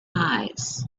eyes